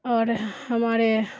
اور ہمارے